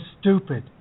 stupid